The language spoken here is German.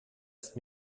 ist